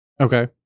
okay